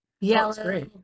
yellow